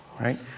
right